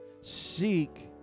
Seek